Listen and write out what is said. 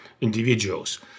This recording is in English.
individuals